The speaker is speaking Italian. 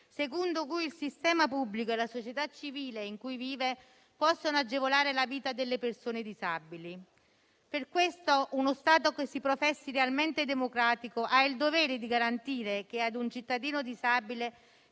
secondo cui il sistema pubblico e la società civile in cui vive possono agevolare la vita delle persone disabili. Per questo uno Stato che si professi realmente democratico ha il dovere di garantire che a un cittadino disabile